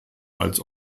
als